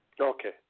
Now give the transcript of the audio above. Okay